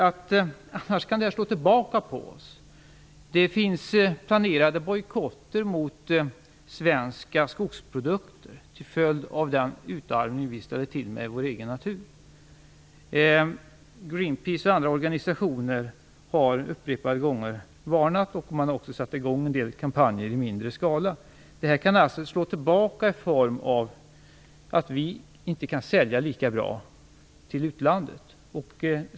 Annars kan detta slå tillbaka mot oss. Det finns bojkotter planerade mot svenska skogsprodukter till följd av den utarmning som vi utsätter vår egen natur för. Greenpeace och andra organisationer har upprepade gånger utfärdat varningar, och man har också satt i gång en del kampanjer i mindre skala. Detta kan alltså slå tillbaka i form av att vi inte kan sälja lika mycket till utlandet.